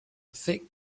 thick